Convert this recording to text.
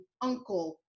uncle